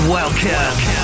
Welcome